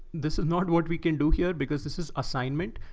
this is not what we can do here, because this is assignment.